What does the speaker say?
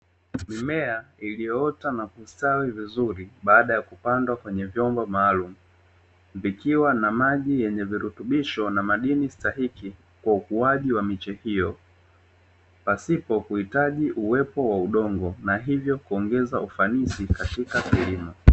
Mimea iliyoota na kustawi vizuri baada ya kupandwa kwenye vyombo maalumu, vikiwa na maji yenye viritubisho na madini stahiki kwa ukuaji wa miche hiyo, pasipo kuhitaji uwepo wa udongo na hivyo kuongeza ufanisi katika kilimo.